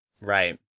right